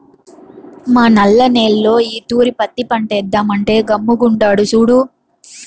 మా నల్ల నేల్లో ఈ తూరి పత్తి పంటేద్దామంటే గమ్ముగుండాడు సూడు